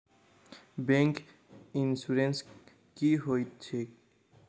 Bank insurance की होइत छैक?